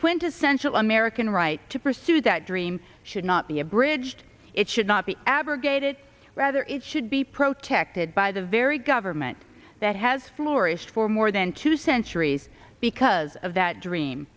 quintessential american right to pursue that dream should not be abridged it should not be abrogated rather it should be pro texted by the very government that has florists for more than two centuries because of that dream